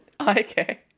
Okay